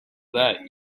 that